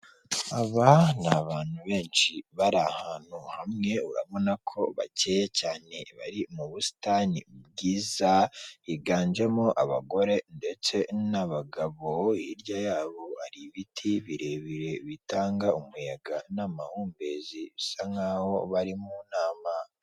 Aba ni abantu benshi bari ahantu hamwe urabona ko bakeye cyane bari mu busitani bwiza higanjemo abagore ndetse n'abagabo, hirya yabo hari ibiti birebire bitanga umuyaga n'amahumbezi bisa nk'aho bari mu nama.